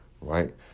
right